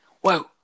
Whoa